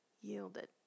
Yielded